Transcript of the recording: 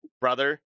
brother